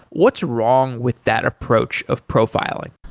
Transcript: what's wrong with that approach of profiling?